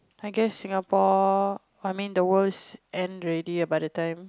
I guess Singapore I mean the worlds end already by the time